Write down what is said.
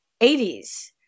80s